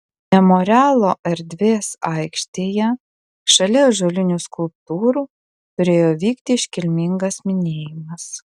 memorialo erdvės aikštėje šalia ąžuolinių skulptūrų turėjo vykti iškilmingas minėjimas